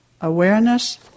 Awareness